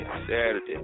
Saturday